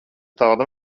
tāda